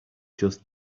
just